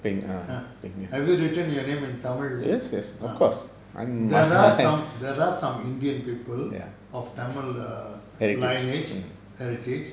ah have you written your name in tamil there there are some there are some indian people of tamil err lineage heritage